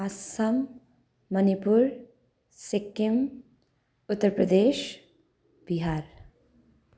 Assam Manipur Sikkim Uttar Pradesh Bihar